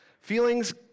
Feelings